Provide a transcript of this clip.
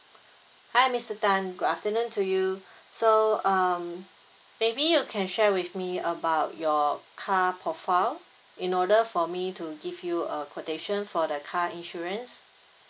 hi mister tan good afternoon to you so uh maybe you can share with me about your car profile in order for me to give you a quotation for the car insurance